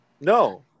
no